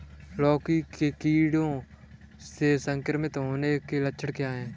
लौकी के कीड़ों से संक्रमित होने के लक्षण क्या हैं?